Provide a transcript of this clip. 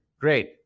Great